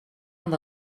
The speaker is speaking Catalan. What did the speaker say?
amb